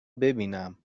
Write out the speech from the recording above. ببینم